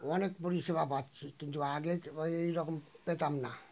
অনেক পরিষেবা পাচ্ছি কিন্তু আগে এই রকম পেতাম না